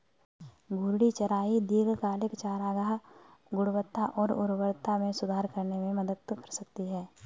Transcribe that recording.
घूर्णी चराई दीर्घकालिक चारागाह गुणवत्ता और उर्वरता में सुधार करने में मदद कर सकती है